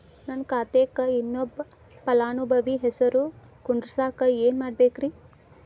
ನನ್ನ ಖಾತೆಕ್ ಇನ್ನೊಬ್ಬ ಫಲಾನುಭವಿ ಹೆಸರು ಕುಂಡರಸಾಕ ಏನ್ ಮಾಡ್ಬೇಕ್ರಿ?